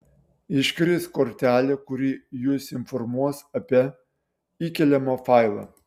iškris kortelė kuri jus informuos apie įkeliamą failą